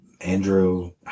andrew